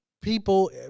people